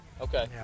Okay